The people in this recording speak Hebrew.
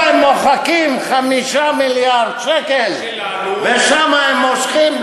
פה הם מוחקים 5 מיליארד שקל ושם הם מושכים,